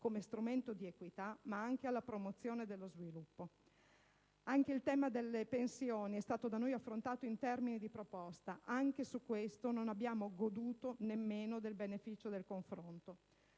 come strumento di equità, ma anche alla promozione dello sviluppo. Anche il tema delle pensioni è stato da noi affrontato in termini di proposta; anche su questo non abbiamo goduto nemmeno del beneficio del confronto.